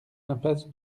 impasse